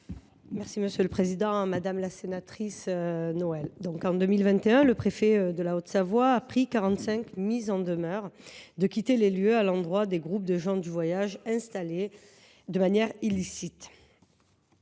secrétaire d’État. Madame la sénatrice Noël, en 2021, le préfet de la Haute Savoie a procédé à 45 mises en demeure de quitter les lieux à l’endroit de groupes de gens du voyage installés de manière illicite.